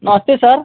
नमस्ते सर